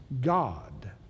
God